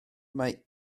mae